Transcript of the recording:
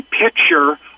picture